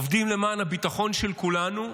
עובדים למען הביטחון של כולנו,